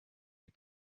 les